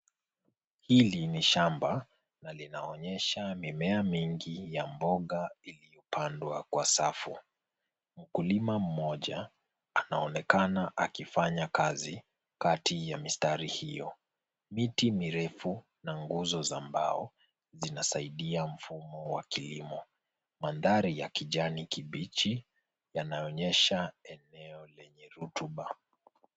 Hili ni shamba na linaonyesha mimea mingi ya mboga iliyopanandwa kwa safu. Mkulima mmoja anaonekana akifanya kazi kati ya mistari hiyo. Miti mirefu nguzo za mbao zinasaidia mfumo wa kilimo. Mandhari ya kijani kibichi yanaonyesha eneo lenye rutuba.